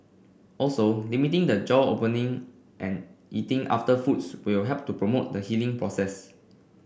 also limiting the jaw opening and eating after foods will help to promote the healing process